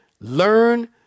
learn